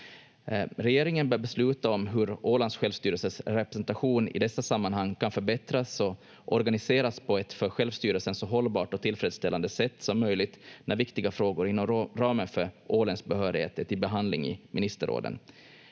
Regeringen bör besluta om hur Ålands självstyrelses representation i dessa sammanhang kan förbättras och organiseras på ett för självstyrelsen så hållbart och tillfredsställande sätt som möjligt när viktiga frågor inom ramen för åländsk behörighet är till behandling i ministerråden.